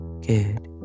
good